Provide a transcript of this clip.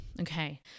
Okay